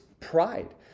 pride